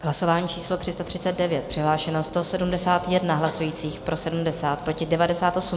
Hlasování číslo 339, přihlášeno 171 hlasujících, pro 70, proti 98.